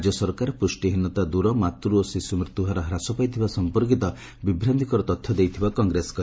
ରାଜ୍ୟ ସରକାର ପୁଷ୍ଟିହୀନତା ଦୂର ମାତୃ ଓ ଶିଶୁ ମୃତ୍ୟୁହାର ହ୍ରାସ ପାଇଥିବା ସମ୍ପର୍କିତ ବିଭ୍ରାତ୍ତିକର ତଥ୍ୟ ଦେଇଥିବା କଂଗ୍ରେସ କହିଛି